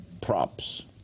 props